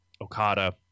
Okada